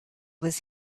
was